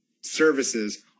services